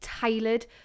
tailored